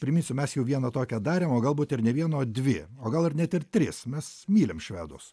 priminsiu mes jau vieną tokią darėm o galbūt ir ne vieną o dvi o gal ir net ir tris mes mylim švedus